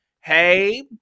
hey –